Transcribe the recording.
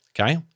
okay